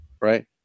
right